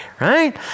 Right